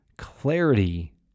clarity